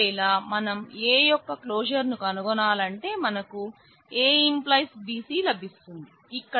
ఒకవేళ మనం A యొక్క క్లోజర్ ను కనుగొనాలంటే మనకు A→ BC లభిస్తుంది